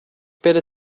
better